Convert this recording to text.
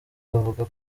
bavuga